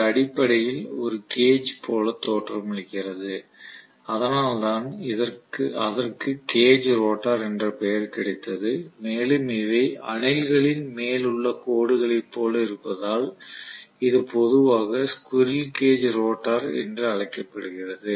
இது அடிப்படையில் ஒரு கேஜ் போல தோற்றமளிக்கிறது அதனால்தான் அதற்கு கேஜ் ரோட்டார் என்ற பெயர் கிடைத்தது மேலும் இவை அணில்களின் மேல் உள்ள கோடுகளைப் போல இருப்பதால் இது பொதுவாக ஸ்குரில் கேஜ் ரோட்டார் என்று அழைக்கப்படுகிறது